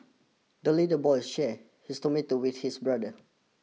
the little boy shared his tomato with his brother